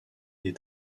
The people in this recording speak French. des